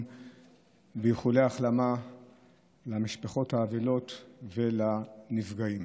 ואיחולי החלמה למשפחות האבלות ולנפגעים.